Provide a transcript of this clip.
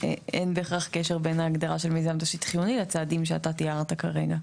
אין בהכרח קשר בין ההגדרה של מיזם תשתית חיוני לצעדים שאתה תיארת כרגע.